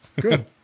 good